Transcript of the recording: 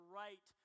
right